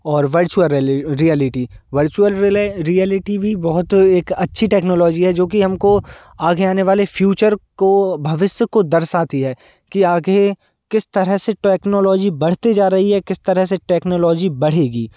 और वर्चुअल रेले reality virtual रिले रिएलिटी भी बहुत एक अच्छी टेक्नोलॉजी है जो कि हमको आगे आने वाले फ्यूचर को भविष्य को दर्शाती है कि आगे किस तरह से टेक्नोलॉजी बढ़ते जा रही है किस तरह से टेक्नोलॉजी बढ़ेगी